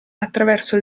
attraverso